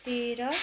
तेह्र